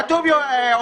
זה כתוב פה.